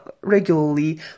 regularly